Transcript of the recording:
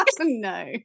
No